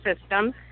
system